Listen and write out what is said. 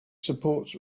supports